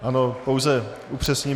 Ano, pouze upřesním.